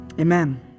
Amen